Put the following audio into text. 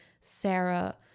Sarah